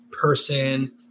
person